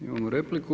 Imamo repliku.